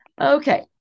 Okay